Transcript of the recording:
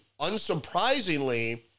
unsurprisingly